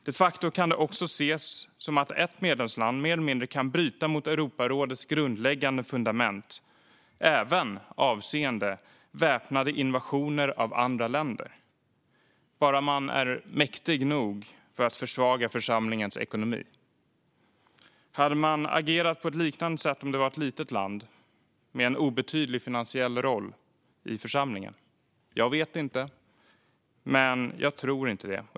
De facto kan det också ses som att ett medlemsland mer eller mindre kan bryta mot Europarådets grundläggande fundament, även avseende väpnade invasioner av andra länder, bara man är mäktig nog att försvaga församlingens ekonomi. Hade man agerat på ett liknande sätt om det varit fråga om ett litet land med en obetydlig finansiell roll i församlingen? Jag vet inte, men jag tror inte det.